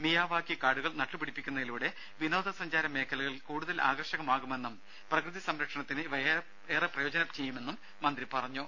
Miyawaki കാടുകൾ നട്ടുപിടിപ്പിക്കുന്നതിലൂടെ വിനോദ സഞ്ചാര മേഖലകൾ കൂടുതൽ ആകർഷകമാകുമെന്നും പ്രകൃതി സംരക്ഷണത്തിന് ഇവ ഏറെ പ്രയോജനം ചെയ്യുമെന്നും മന്ത്രി പറഞ്ഞു